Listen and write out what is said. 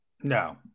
No